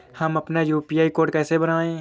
हम अपना UPI code कैसे बनाएँ?